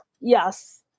Yes